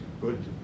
good